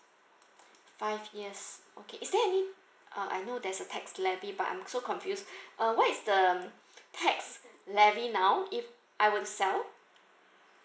five years okay is there any uh I know there's tax levybut I'm so confused uh what is the tax levy now if I were to sell